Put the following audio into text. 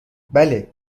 بله